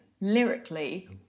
lyrically